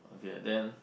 K then